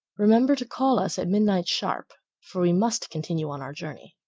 remember to call us at midnight sharp, for we must continue on our journey.